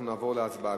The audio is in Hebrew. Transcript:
אנחנו נעבור להצבעה.